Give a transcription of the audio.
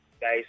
guys